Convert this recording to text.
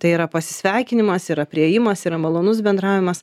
tai yra pasisveikinimas yra priėjimas yra malonus bendravimas